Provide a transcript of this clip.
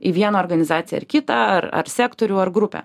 į vieną organizaciją ar kitą ar ar sektorių ar grupę